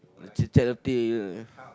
ch~ charity you know